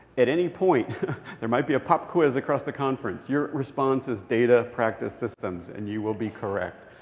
at any point there might be a pop quiz across the conference. your response is data, practice, systems, and you will be correct.